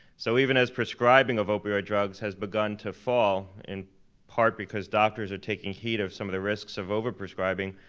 so even as prescribing of opioid drugs has begun to fall, in part because doctors are taking heed of some of the risks of over-prescribing,